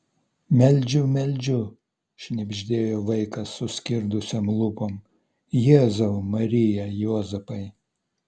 meldžiu meldžiu šnibždėjo vaikas suskirdusiom lūpom jėzau marija juozapai